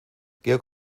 georg